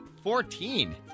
Fourteen